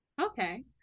Okay